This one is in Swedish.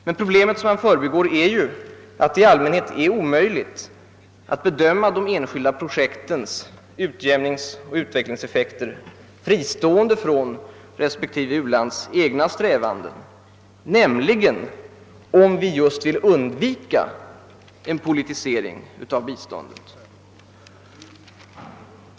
Men man förbigår då problemet att det i allmänhet är omöjligt att bedöma de enskilda projektens utjämningsoch utvecklingseffekter fristående från respektive u-lands egna strävanden, om vi nämligen just vill undvika en politisering av biståndet.